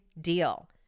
deal